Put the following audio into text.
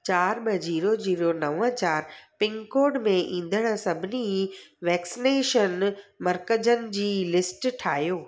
चारि ॿ zero zero नव चारि पिनकोड में ईंदड़ु सभिनी वैक्सनेशन मर्कज़नि जी लिस्ट ठाहियो